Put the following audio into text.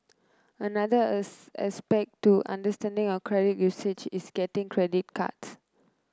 another aspect to understanding your credit usage is getting credit cards